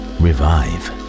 revive